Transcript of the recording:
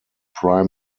prime